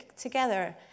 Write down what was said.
together